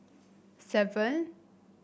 seven